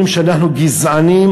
היו אומרים שאנחנו גזענים,